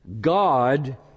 God